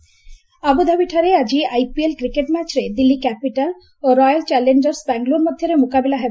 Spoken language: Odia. ଆଇପିଏଲ୍ ଆବୁଧାବିଠାରେ ଆଜି ଆଇପିଏଲ୍ କ୍ରିକେଟ୍ ମ୍ୟାଚ୍ରେ ଦିଲ୍ଲୀ କ୍ୟାପିଟାଲ୍ ଓ ରୟାଲ୍ ଚ୍ୟାଲେଞ୍ଜର୍ସ ବାଙ୍ଗାଲୋର୍ ମଧ୍ୟରେ ମୁକାବିଲା ହେବ